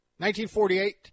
1948